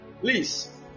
please